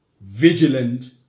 vigilant